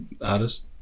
artist